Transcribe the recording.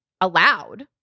allowed